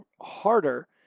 harder